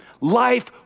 Life